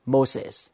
Moses